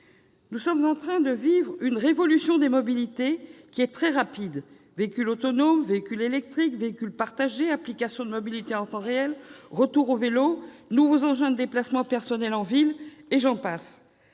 Nous sommes en train de vivre une révolution des mobilités, qui est très rapide : véhicules autonomes, véhicules électriques, véhicules partagés, applications de mobilité en temps réel, retour au vélo, nouveaux engins de déplacement personnel dans les villes,